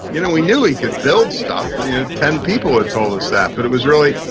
you know we knew he could build stuff, you know, ten people had told us that. but it was really,